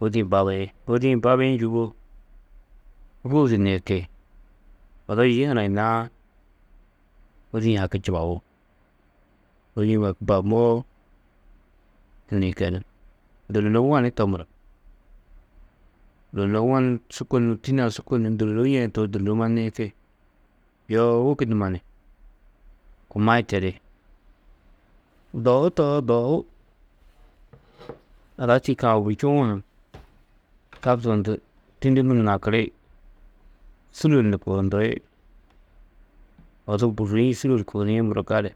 Hôdi-ĩ babiĩ, hôdi-ĩ babîi njûwo gûu du nihiki, odo yî hanayinãá hôdi-ĩ haki čubabú. Hôdi-ĩ babumoó nihikenú. Dôlolou wo ni to muro, dôlolou wo su kônuũ tînne-ã su kônuũ dôlolou yaîe tohoo, dôlolomma nihiki. Yoo wôku numa ni kumayi tedi. Dohu tohoo, dohu ada tîyikã ôburi čuu-ã ha čabtudundu tîndimi ni nakiri, sûlol ni kuhunduri, odu bûrriĩ sûlol kuhuniĩ muro gali.